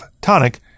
Tonic